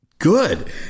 Good